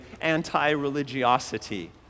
anti-religiosity